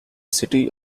city